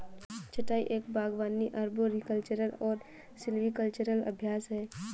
छंटाई एक बागवानी अरबोरिकल्चरल और सिल्वीकल्चरल अभ्यास है